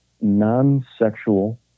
non-sexual